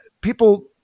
people